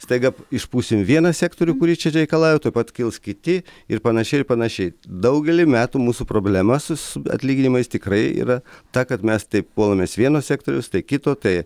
staiga išpūsim vieną sektorių kurie čia reikalauja tuoj pat kils kiti ir panašiai ir panašiai daugelį metų mūsų problema su su atlyginimais tikrai yra ta kad mes tai puolamės vieno sektoriaus tai kito tai